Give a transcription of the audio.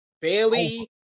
Bailey